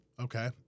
Okay